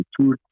two